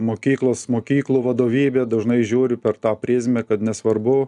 mokyklos mokyklų vadovybė dažnai žiūri per tą prizmę kad nesvarbu